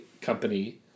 company